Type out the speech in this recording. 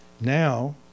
Now